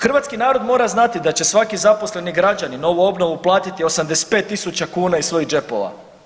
Hrvatski narod mora znati da će svaki zaposleni građanin ovu obnovu platiti 85 tisuća kuna iz svojih džepova.